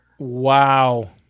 Wow